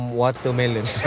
watermelon